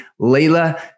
Layla